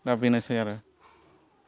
दा बेनोसै आरो